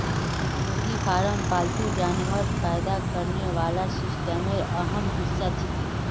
मुर्गी फार्म पालतू जानवर पैदा करने वाला सिस्टमेर अहम हिस्सा छिके